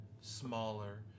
Smaller